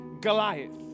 Goliath